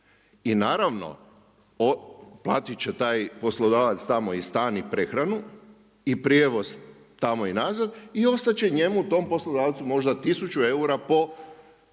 I naravno, platiti će taj poslodavac tamo i stan i prehranu i prijevoz tamo i nazad, i ostat će njemu, tom poslodavcu možda 1000 eura po upućenom